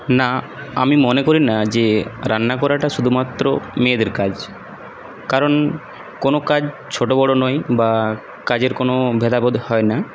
না আমি মনে করি না যে রান্না করাটা শুধুমাত্র মেয়েদের কাজ কারণ কোনও কাজ ছোট বড়ো নয় বা কাজের কোনও ভেদাভেদ হয় না